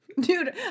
Dude